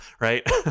right